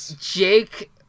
Jake